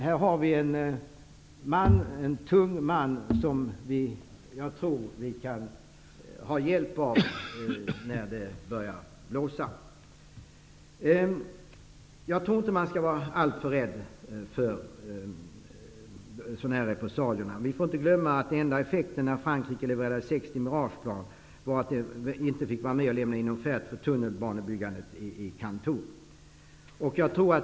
Här har vi en tung man, som jag tror att vi kan ha hjälp av när det börjar blåsa. Vi skall inte vara alltför rädda för repressalier. Vi får inte glömma att den enda effekten när Frankrike levererade 60 Mirageplan var att man inte fick vara med och lämna in en offert för tunnelbanebyggandet i Kanton.